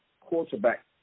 quarterback